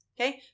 Okay